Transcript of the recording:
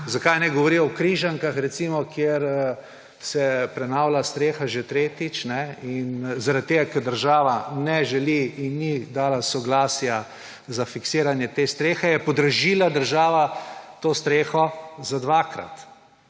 Zakaj ne govori o Križankah, kjer se prenavlja streha že tretjič. Ker država ni dala soglasja za fiksiranje te strehe, je podražila država to streho za 2-krat.